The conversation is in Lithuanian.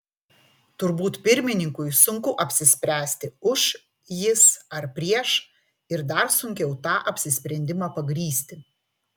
turbūt pirmininkui sunku apsispręsti už jis ar prieš ir dar sunkiau tą apsisprendimą pagrįsti